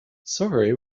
sorry